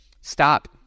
stop